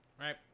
Right